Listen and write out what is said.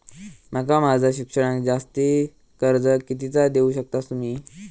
माका माझा शिक्षणाक जास्ती कर्ज कितीचा देऊ शकतास तुम्ही?